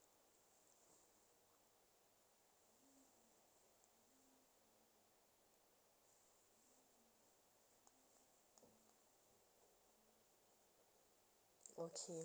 okay